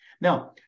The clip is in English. now